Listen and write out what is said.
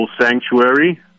sanctuary